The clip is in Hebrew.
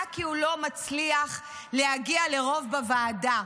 רק כי הוא לא מצליח להגיע לרוב בוועדה,